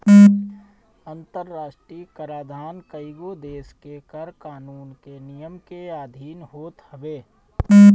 अंतरराष्ट्रीय कराधान कईगो देस के कर कानून के नियम के अधिन होत हवे